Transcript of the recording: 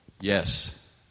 Yes